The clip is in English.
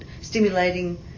stimulating